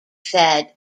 said